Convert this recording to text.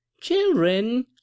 Children